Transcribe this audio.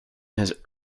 his